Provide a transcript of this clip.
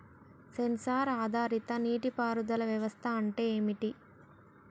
Censor ఆధారిత నీటి పారుదల వ్యవస్థ అంటే ఏమిటి?